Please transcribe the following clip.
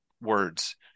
words